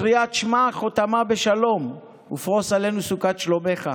קריאת שמע חותמין בשלום 'ופרוס סוכת שלומך'.